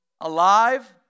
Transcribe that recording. alive